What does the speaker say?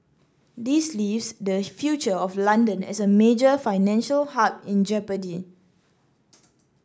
this leaves the future of London as a major financial hub in jeopardy